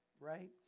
right